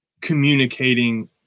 communicating